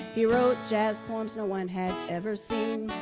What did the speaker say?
he wrote jazz poems no one had ever seen.